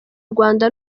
rwanda